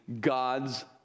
God's